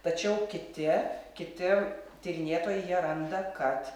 tačiau kiti kiti tyrinėtojai jie randa kad